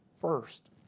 first